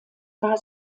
war